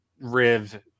Riv